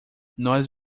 nós